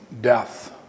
death